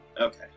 Okay